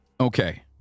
Okay